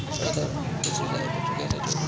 आधार NPCI portal पर कईसे जोड़ी?